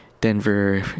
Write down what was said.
Denver